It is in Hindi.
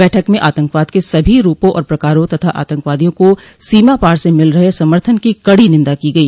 बैठक में आतंकवाद के सभी रूपों और प्रकारों तथा आतंकवादियों को सीमापार से मिल रहे समर्थन की कड़ी निंदा की गई